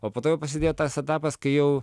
o po to jau prasidėjo tas etapas kai jau